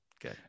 Good